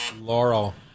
Laurel